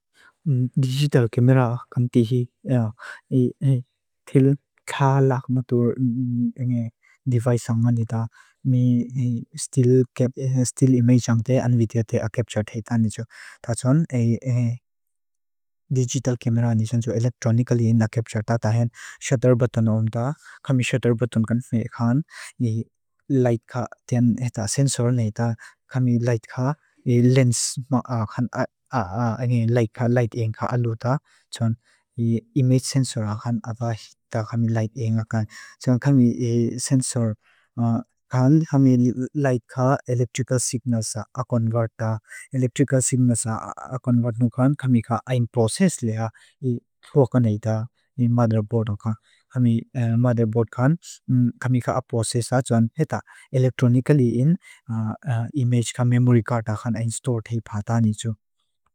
Digital camera kan tixi. Thil kha lak matur device sanga nita. Me still image jang te an video te a captured hai ta nijo. Tajun digital camera nijon jo electronically na captured ta. Tahan shutter button om ta. Khami shutter button kan me khan. Khami light ka sensor na nita. Khami light ka lens. Khami light ka light yang ka alu ta. Chon image sensor na nita. Khami light yang kan. Chon khami sensor kan. Khami light ka electrical signals a convert ta. Electrical signals a convert nu kan. Khami ka aim process na nita. Khami motherboard kan. Khami ka processor jon peta. Electronically image ka memory card kan install te pa ta nijo.